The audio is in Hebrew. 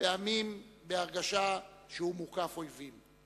פעמים בהרגשה שהוא מוקף אויבים.